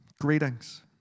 greetings